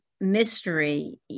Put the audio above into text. mystery